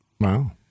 Wow